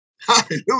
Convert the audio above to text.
Hallelujah